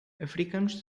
africanos